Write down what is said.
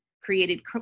created